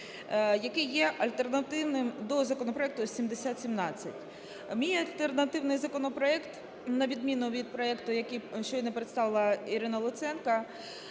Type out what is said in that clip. який є альтернативним до законопроекту 7017. Мій альтернативний законопроект на відміну від проекту, який щойно представила Ірина Луценко,